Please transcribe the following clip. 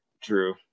True